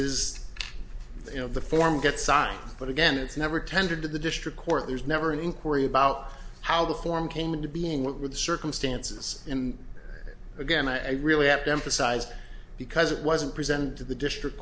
is you know the form get signed but again it's never tendered to the district court there's never an inquiry about how the form came into being what were the circumstances and again i really have to emphasize because it wasn't present to the district